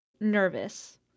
nervous